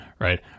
right